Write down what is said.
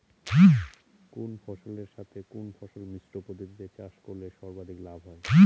কোন ফসলের সাথে কোন ফসল মিশ্র পদ্ধতিতে চাষ করলে সর্বাধিক লাভ হবে?